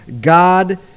God